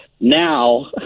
now